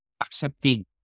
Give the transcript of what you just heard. accepting